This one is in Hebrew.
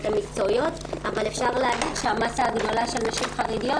המקצועיות אבל אפשר להגיד שהמאסה הגדולה של נשים חרדיות